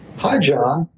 hi john,